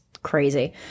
crazy